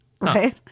right